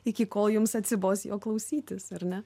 iki kol jums atsibos jo klausytis ar ne